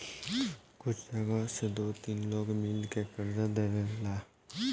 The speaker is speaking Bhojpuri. कुछ जगह दू से तीन लोग मिल के कर्जा देवेला